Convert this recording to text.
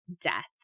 death